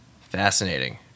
Fascinating